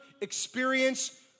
experience